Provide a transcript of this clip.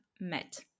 met